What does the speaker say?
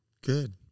Good